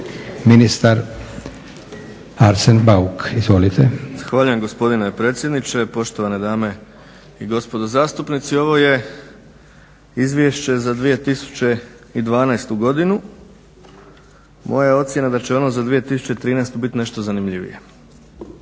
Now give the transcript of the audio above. **Bauk, Arsen (SDP)** Zahvaljujem gospodine predsjedniče, poštovane dame i gospodo zastupnici. Ovo je izvješće za 2012. godinu. Moja je ocjena da će ono za 2013. biti nešto zanimljivije.